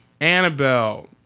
Annabelle